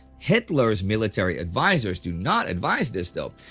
hitler's military advisors do not advise this, though.